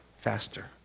faster